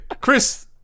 Chris